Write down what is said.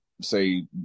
say